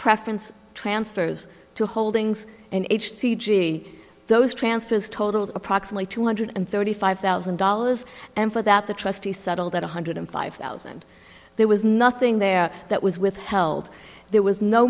preference transfers to holdings and h c g those transfers totaled approximately two hundred and thirty five thousand dollars and for that the trustee settled at one hundred and five thousand there was nothing there that was withheld there was no